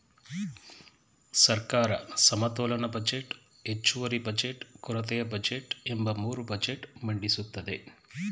ಸರ್ಕಾರ ಸಮತೋಲನ ಬಜೆಟ್, ಹೆಚ್ಚುವರಿ ಬಜೆಟ್, ಕೊರತೆಯ ಬಜೆಟ್ ಎಂಬ ಮೂರು ಬಜೆಟ್ ಮಂಡಿಸುತ್ತದೆ